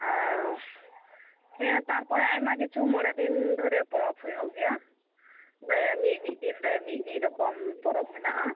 ᱟᱨ ᱦᱮᱸ ᱛᱟᱨᱯᱚᱨᱮ ᱟᱭᱢᱟ ᱠᱤᱪᱷᱩ ᱢᱚᱬᱮ ᱫᱤᱱ ᱫᱷᱚᱨᱮ ᱯᱚᱨᱚᱵᱽ ᱦᱩᱭᱩᱜ ᱜᱮᱭᱟ ᱢᱤᱫ ᱢᱤᱫ ᱫᱤᱱ ᱨᱮ ᱢᱤᱫ ᱢᱤᱫ ᱨᱚᱠᱚᱢ ᱯᱚᱨᱚᱵᱽ ᱢᱮᱱᱟᱜᱼᱟ